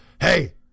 hey